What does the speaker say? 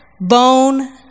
bone